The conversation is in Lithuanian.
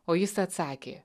o jis atsakė